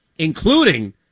Including